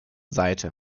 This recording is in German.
seite